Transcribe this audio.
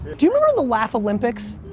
do you remember the laff olympics?